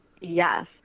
yes